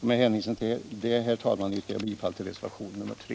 Med hänvisning inte minst till detta yrkar jag, herr talman, bifall till reservationen 3.